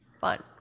fun